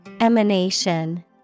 Emanation